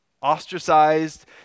Ostracized